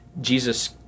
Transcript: Jesus